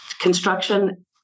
construction